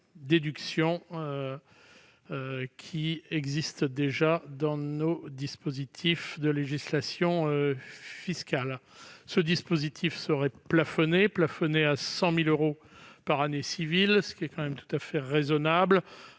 déduction qui existe déjà dans nos dispositifs de législation fiscale. Ce dispositif serait plafonné à 100 000 euros par année civile, ce qui est tout à fait raisonnable,